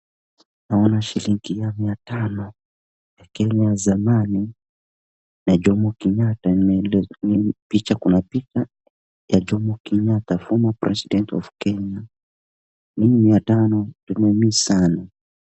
Naoan shilingi ya mia tano ya Kenya ya zamani ya Jomo Kenyatta na hiyo picha kuna picha ya Jomo Kenyatta, former president of Kenya hii mia tano tumeimiss sana.